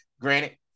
Granted